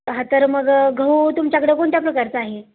हा तर मग गहू तुमच्याकडं कोणत्या प्रकारचा आहे